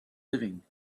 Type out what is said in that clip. living